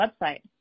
website